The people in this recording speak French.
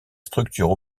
structure